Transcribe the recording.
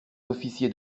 officiers